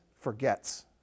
forgets